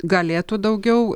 galėtų daugiau